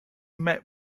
met